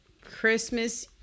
Christmas